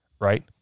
right